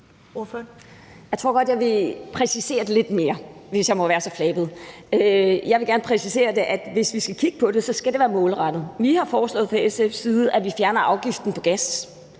Jeg tror godt, jeg vil præcisere det lidt mere, hvis jeg må være så flabet. Jeg vil gerne præcisere, at hvis vi skal kigge på det, skal det være målrettet. Vi har foreslået fra SF's side, at vi fjerner afgiften på gas